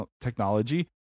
technology